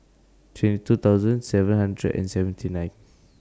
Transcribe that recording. twenty two thousand seven hundred and seventy nine